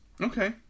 Okay